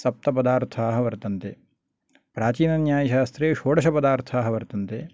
सप्तपदार्थाः वर्तन्ते प्राचीनन्यायशास्त्रे षोडशपदार्थाः वर्तन्ते